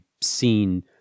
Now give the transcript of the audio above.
seen